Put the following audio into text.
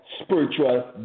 spiritual